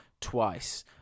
twice